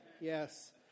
Yes